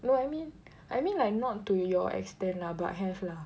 no I mean I mean like not to your extent lah but have lah